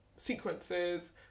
sequences